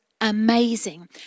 amazing